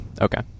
Okay